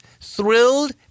thrilled